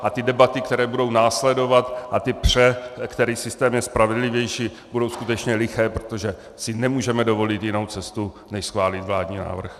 A debaty, které budou následovat, a pře, který systém je spravedlivější, budou skutečně liché, protože si nemůžeme dovolit jinou cestu než schválit vládní návrh.